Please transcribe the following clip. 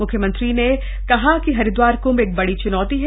म्ख्यमंत्री ने कहा कि हरिदवार कंभ एक बड़ी च्नौती है